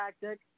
tactic